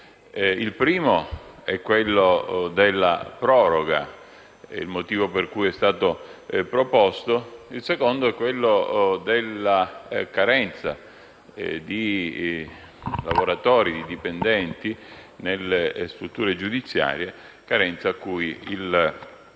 Il primo è quello della proroga, motivo per cui è stato proposto, e il secondo è quello della carenza di dipendenti nelle strutture giudiziarie, carenza cui il